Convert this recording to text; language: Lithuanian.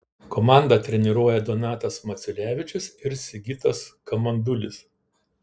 komandą treniruoja donatas maciulevičius ir sigitas kamandulis